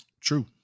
True